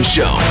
Show